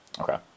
okay